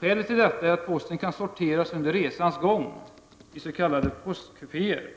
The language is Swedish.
Skälet till detta är att posten kan sorteras under resans gång i s.k. postkupéer.